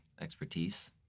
expertise